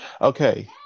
Okay